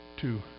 two